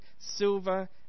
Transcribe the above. silver